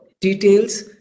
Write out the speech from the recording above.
details